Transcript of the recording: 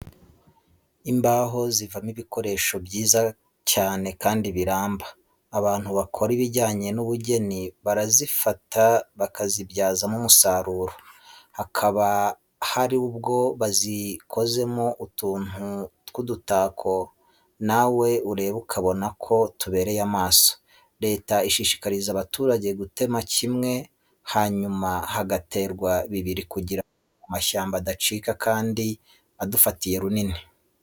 Imbaho zivamo ibikoresho byiza cyane kandi biramba. Abantu bakora ibijyanye n'ubugeni barazifata bakazibyazamo umusaruro, hakaba hari ubwo bazikozemo utuntu tw'udutako nawe ureba ukabona ko tubereye amaso. Leta ishishikariza abaturage gutema kimwe, hanyuma bagatera bibiri kugira ngo amashyamba adacika kandi adufatiye runini.